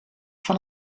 van